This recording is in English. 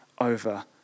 over